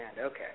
Okay